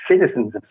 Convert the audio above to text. citizens